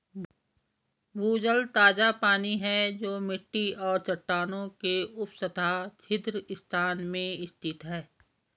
भूजल ताजा पानी है जो मिट्टी और चट्टानों के उपसतह छिद्र स्थान में स्थित है